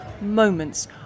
moments